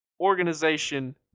organization